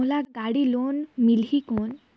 मोला गाड़ी लोन मिलही कौन?